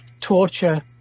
torture